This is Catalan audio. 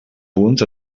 punts